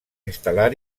instal·lar